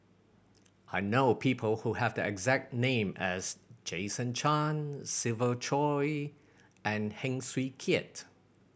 I know people who have the exact name as Jason Chan Siva Choy and Heng Swee Keat